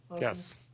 Yes